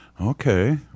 Okay